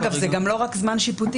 אגב, זה גם לא רק זמן שיפוטי.